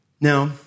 Now